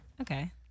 Okay